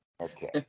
Okay